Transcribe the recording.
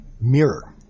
mirror